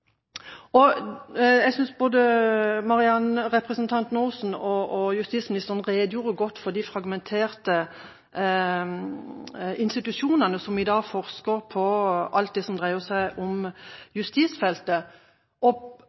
Jeg synes både representanten Aasen og justisministeren redegjorde godt for de fragmenterte institusjonene som i dag forsker på alt det som dreier seg om justisfeltet.